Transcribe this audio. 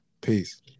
Peace